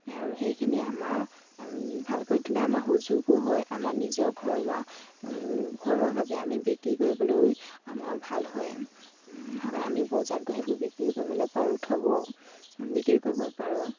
আৰু সেইখিনি আমাৰ ভাল কৰি দিলে আমাৰ সুযোগো হয় আমাৰ নিজৰ ঘৰুৱা ঘৰুৱাভাৱে আমি বিক্ৰী কৰিবলৈও আমাৰ ভাল হয় সেইকাৰণে আমি বজাৰত গৈ সেইবোৰ বিক্ৰী কৰিবলৈ পাৰোঁ থ'বও বিক্ৰী কৰিব পাৰোঁ